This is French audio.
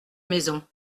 maison